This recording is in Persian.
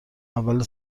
اول